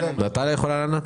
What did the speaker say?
נטליה יכולה לענות?